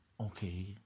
okay